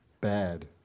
bad